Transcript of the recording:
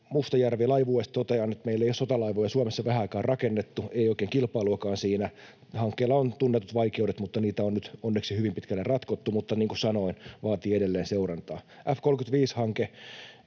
Mustajärvi, Laivueesta totean, että meillä ei ole sotalaivoja Suomessa vähään aikaan rakennettu, ei ole oikein kilpailuakaan siinä. Hankkeella on tunnetut vaikeudet, mutta niitä on nyt onneksi hyvin pitkälle ratkottu, mutta niin kuin sanoin, se vaatii edelleen seurantaa. F‑35-hanke